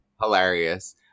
hilarious